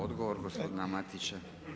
Odgovor gospodin Matić.